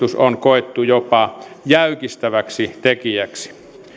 on koettu jopa jäykistäväksi tekijäksi